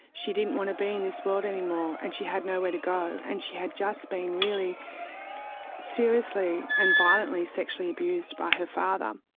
she didn't want to be in this world anymore and she had nowhere to go. and she had just been really seriously and violently sexually abused by her father.